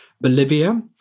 Bolivia